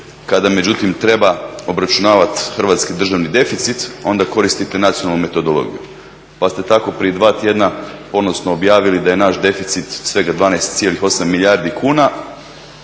Kada međutim treba obračunavati hrvatski državni deficit onda koristite nacionalnu metodologiju, pa ste tako prije dva tjedna ponosno objavili da je naš deficit svega 12,8 milijardi kuna